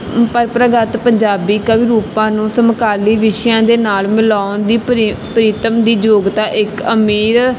ਪਰੰਪਰਾਗਤ ਪੰਜਾਬੀ ਕਵੀ ਰੂਪਾਂ ਨੂੰ ਸਮਕਾਲੀ ਵਿਸ਼ਿਆਂ ਦੇ ਨਾਲ ਮਿਲਾਉਣ ਦੀ ਪ੍ਰੀ ਪ੍ਰੀਤਮ ਦੀ ਯੋਗਤਾ ਇੱਕ ਅਮੀਰ